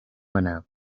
manar